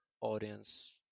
audience